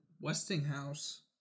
Westinghouse